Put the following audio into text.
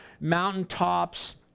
mountaintops